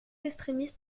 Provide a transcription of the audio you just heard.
extremis